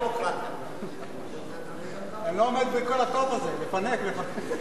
אני לא עומד בכל הטוב הזה: לפנק, לפנק,